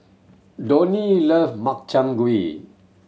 Donny love Makchang Gui